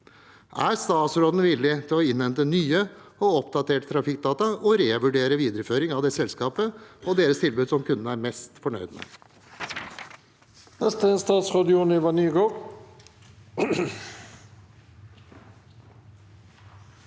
Er statsråden villig til å innhente nye og oppdaterte trafikkdata og å revurdere videreføring av det selskapet og deres tilbud, som kundene er mest fornøyd med?